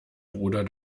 bruder